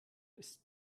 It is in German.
ist